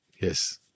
yes